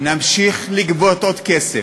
נמשיך לגבות עוד כסף,